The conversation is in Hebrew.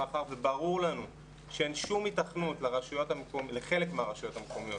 מאחר וברור לנו שאין שום היתכנות לחלק מהרשויות המקומיות